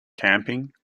camping